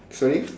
sorry